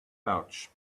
pouch